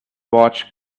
watch